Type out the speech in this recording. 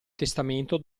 testamento